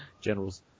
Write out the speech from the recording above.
generals